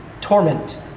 torment